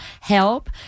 help